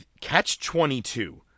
Catch-22